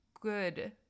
good